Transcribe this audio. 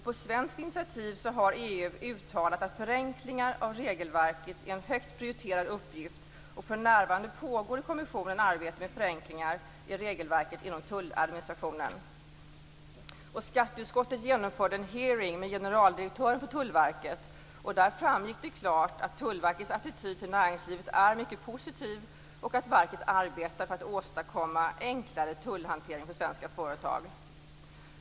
På svenskt initiativ har EU uttalat att förenklingar av regelverket är en högt prioriterad uppgift, och för närvarande pågår i kommissionen arbete med förenklingar i regelverket inom tulladministrationen. Skatteutskottet har genomfört en hearing med generaldirektören för Tullverket. Där framgick det klart att Tullverkets attityd till näringslivet är mycket positiv och att verket arbetar för att åstadkomma enklare tullhantering för svenska företag.